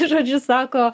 žodžiu sako